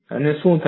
અને શું થાય